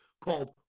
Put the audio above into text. called